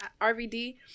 RVD